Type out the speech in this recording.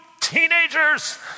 teenagers